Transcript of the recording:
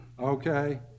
Okay